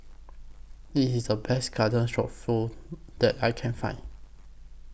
This IS The Best Garden Stroganoff that I Can Find